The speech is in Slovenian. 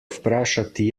vprašati